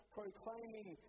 proclaiming